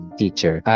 teacher